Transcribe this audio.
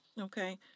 Okay